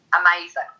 amazing